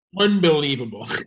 Unbelievable